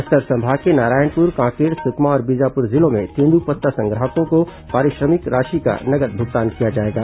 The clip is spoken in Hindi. बस्तर संभाग के नारायणपुर कांकेर सुकमा और बीजापुर जिलों में तेंद्रपत्ता संग्राहकों को पारिश्रमिक राशि का नगद भुगतान किया जाएगा